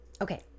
Okay